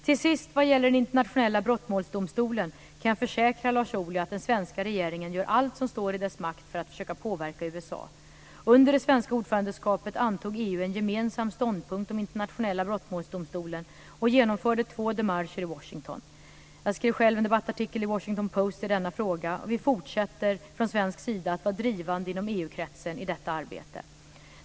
Till sist, vad gäller den internationella brottmålsdomstolen, kan jag försäkra Lars Ohly att den svenska regeringen gör allt som står i dess makt för att försöka påverka USA. Under det svenska ordförandeskapet antog EU en gemensam ståndpunkt om internationella brottmålsdomstolen och genomförde två démarcher i Washington. Jag skrev själv en debattartikel i Washington Post i denna fråga. Vi fortsätter från svensk sida att vara drivande inom EU-kretsen i detta arbete.